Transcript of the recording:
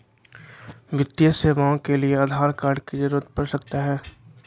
वित्तीय सेवाओं के लिए आधार कार्ड की जरूरत पड़ सकता है?